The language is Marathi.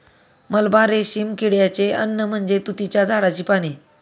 मलबा रेशीम किड्याचे अन्न म्हणजे तुतीच्या झाडाची पाने